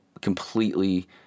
completely